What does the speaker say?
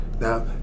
Now